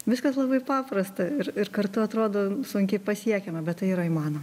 viskas labai paprasta ir ir kartu atrodo sunkiai pasiekiama bet tai yra įmanoma